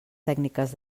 tècniques